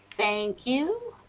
thank you.